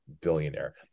billionaire